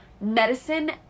Medicine